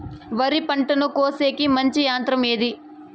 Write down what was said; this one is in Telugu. వరి పంటను కోసేకి మంచి యంత్రం ఏది?